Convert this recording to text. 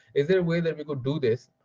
is there a way that we could do this